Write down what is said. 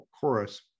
chorus